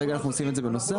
כרגע אנחנו עושים את זה בנוסף.